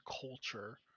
culture